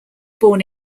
born